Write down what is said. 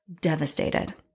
devastated